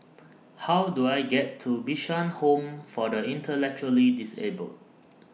How Do I get to Bishan Home For The Intellectually Disabled